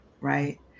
right